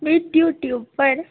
में डियूटी उप्पर